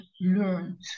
learned